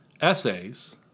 essays